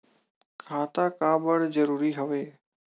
खाता का बर जरूरी हवे?